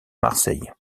marseille